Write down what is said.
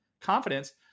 confidence